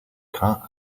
car